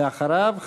ואחריו,